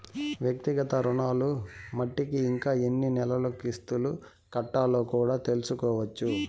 వ్యక్తిగత రుణాలు మట్టికి ఇంకా ఎన్ని నెలలు కిస్తులు కట్టాలో కూడా తెల్సుకోవచ్చు